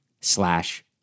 slash